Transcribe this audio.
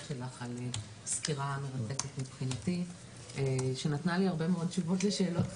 שלך על סקירה מרתקת מבחינתי שנתנה לי הרבה מאוד תשובות לשאלות,